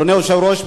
אדוני היושב-ראש,